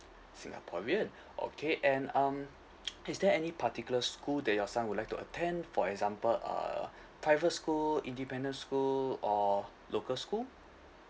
singaporean okay and um is there any particular school that your son would like to attend for example uh private school independent school or local school